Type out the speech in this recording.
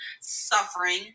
suffering